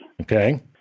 Okay